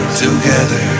together